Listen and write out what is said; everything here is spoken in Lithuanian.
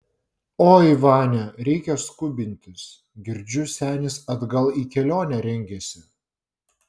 oi vania reikia skubintis girdžiu senis atgal į kelionę rengiasi